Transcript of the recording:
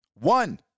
One